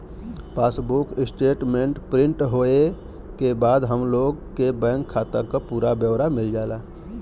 passbook statement print होये के बाद हम लोग के बैंक खाता क पूरा ब्यौरा मिल जाला